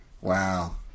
Wow